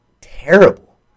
terrible